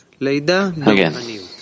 Again